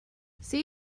see